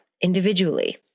individually